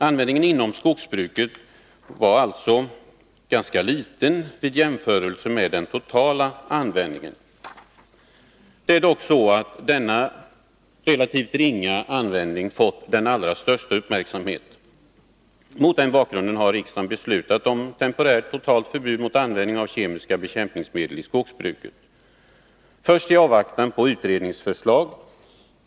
Användningen inom skogsbruket var alltså ganska liten vid en jämförelse med den totala användningen. Det är dock denna relativt ringa användning som fått den allra största uppmärksamheten. Mot den bakgrunden har riksdagen beslutat om temporärt totalt förbud mot användning av kemiska bekämpningsmedel i skogsbruket. Först skedde det i avvaktan på utredningsförslag.